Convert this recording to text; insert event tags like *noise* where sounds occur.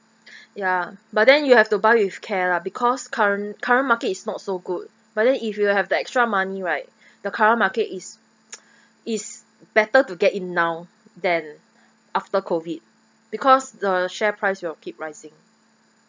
*breath* ya but then you have to buy with care lah because current current market is not so good but then if you have the extra money right *breath* the current market is *noise* is better to get in now than after COVID because the share price will keep rising